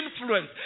influence